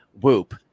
Whoop